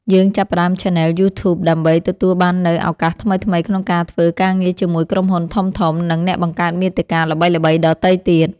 យើងចាប់ផ្តើមឆានែលយូធូប ដើម្បីទទួលបាននូវឱកាសថ្មីៗក្នុងការធ្វើការងារជាមួយក្រុមហ៊ុនធំៗ និងអ្នកបង្កើតមាតិកាល្បីៗដទៃទៀត។